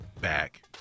back